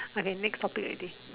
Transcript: okay next topic already